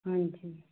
ਹਾਂਜੀ